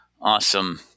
awesome